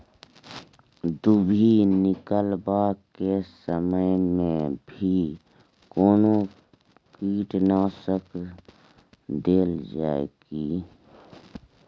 दुभी निकलबाक के समय मे भी कोनो कीटनाशक देल जाय की?